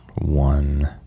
one